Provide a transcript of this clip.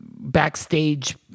backstage